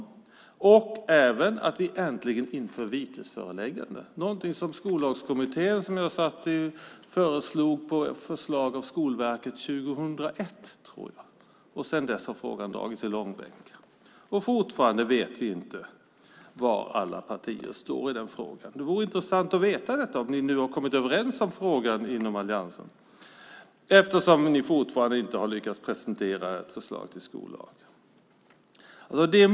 Det handlar också om att äntligen införa vitesföreläggande. Det är något som Skollagskommittén som jag satt i föreslog på förslag av Skolverket 2001, tror jag. Sedan dess har frågan dragits i långbänk. Fortfarande vet vi inte var alla partier står i frågan. Det vore intressant att veta om ni har kommit överens om frågan inom alliansen. Ni har ju fortfarande inte lyckats presentera ett förslag till skollag.